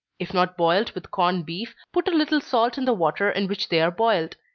if not boiled with corned beef, put a little salt in the water in which they are boiled.